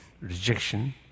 rejection